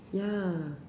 ya